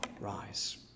rise